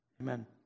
Amen